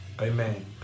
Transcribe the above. Amen